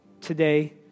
today